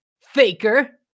Faker